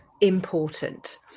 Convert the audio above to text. important